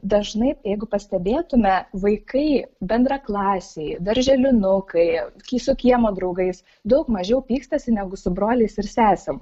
dažnai jeigu pastebėtume vaikai bendraklasiai darželinukai kai su kiemo draugais daug mažiau pykstasi negu su broliais ir sesėm